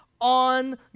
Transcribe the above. on